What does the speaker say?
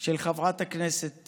של חברת הכנסת